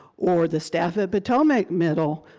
or the staff at potomac middle?